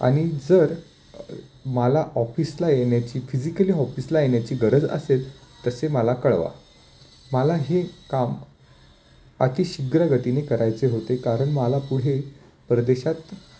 आणि जर मला ऑफिसला येण्याची फिजिकली ऑफिसला येण्याची गरज असेल तसे मला कळवा मला हे काम अति शीघ्रगतिने करायचे होते कारण मला पुढे परदेशात